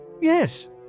Yes